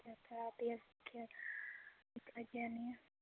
अच्छा अच्छा आपे दिक्खी दिक्खी लैगे आह्न्नियै